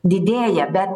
didėja bet